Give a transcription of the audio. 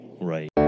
Right